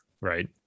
Right